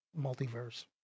multiverse